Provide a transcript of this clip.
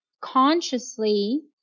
consciously